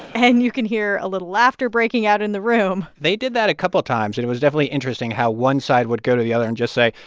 and you can hear a little laughter breaking out in the room they did that a couple times. it it was definitely interesting how one side would go to the other and just say,